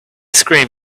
screamed